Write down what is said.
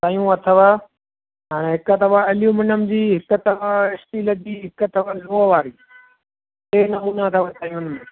शयूं अथव हाणे हिकु अथव एल्यूमिनियम जी हिकु अथव स्टील जी हिकु अथव लोह वारी टे नमूना अथव शयुनि में